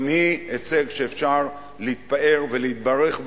גם היא הישג שאפשר להתפאר ולהתברך בו,